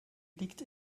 liegt